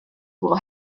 will